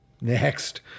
Next